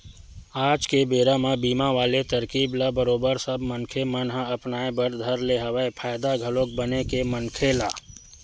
आज के बेरा म बीमा वाले तरकीब ल बरोबर सब मनखे मन ह अपनाय बर धर ले हवय फायदा घलोक बने हे मनखे ल